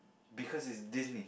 because it's Disney